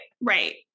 right